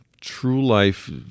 true-life